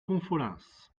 confolens